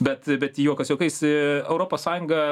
bet bet juokas juokais europos sąjunga